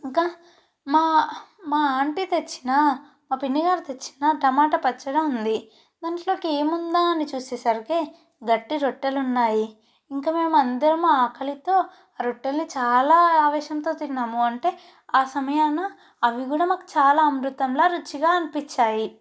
ఇంకా మా ఆంటీ తెచ్చిన మా పిన్నిగారు తెచ్చిన టమాటా పచ్చడి ఉంది దాంట్లోకి ఏముందా అని చూసేసరికి గట్టి రొట్టెలు ఉన్నాయి ఇంక మేము అందరం ఆకలితో ఆ రొట్టెల్ని చాలా ఆవేశంతో తిన్నాము అంటే ఆ సమయాన అవి కూడా మాకు చాలా అమృతంలా రుచిగా అనిపించాయి